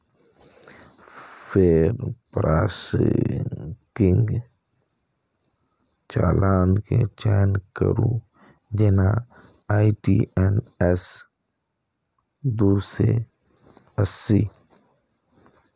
फेर प्रासंगिक चालान के चयन करू, जेना आई.टी.एन.एस दू सय अस्सी